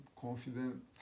confident